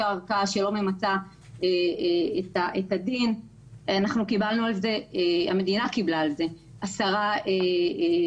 ערכאה שלא ממצה את הדין המדינה קיבלה עשרה חודשי מאסר.